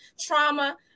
trauma